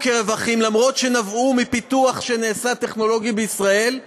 כרווחים אף שנבעו מפיתוח טכנולוגי בישראל,